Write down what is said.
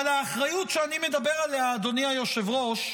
אבל האחריות שאני מדבר עליה, אדוני היושב-ראש,